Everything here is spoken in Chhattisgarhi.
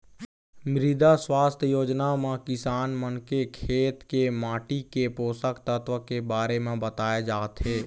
मृदा सुवास्थ योजना म किसान मन के खेत के माटी के पोसक तत्व के बारे म बताए जाथे